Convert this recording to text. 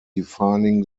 defining